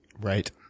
Right